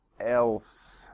else